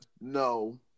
no